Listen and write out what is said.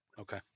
Okay